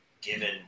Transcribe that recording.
given